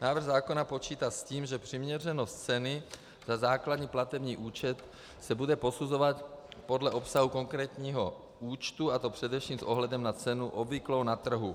Návrh zákona počítá s tím, že přiměřenost ceny za základní platební účet se bude posuzovat podle obsahu konkrétního účtu, a to především s ohledem na cenu obvyklou na trhu.